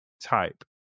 type